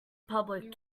public